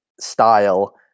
style